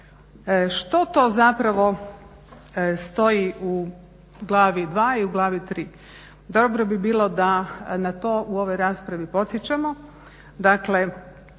Što to zapravo stoji u glavi II. i u glavi III. Dobro bi bilo da na to u ovoj raspravi podsjećamo.